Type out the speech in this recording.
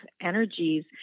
energies